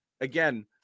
again